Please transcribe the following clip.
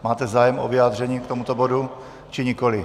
Máte zájem o vyjádření k tomuto bodu, či nikoli?